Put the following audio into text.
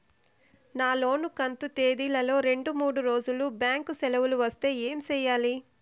నా లోను కంతు తేదీల లో రెండు మూడు రోజులు బ్యాంకు సెలవులు వస్తే ఏమి సెయ్యాలి?